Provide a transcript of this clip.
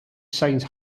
signs